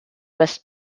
west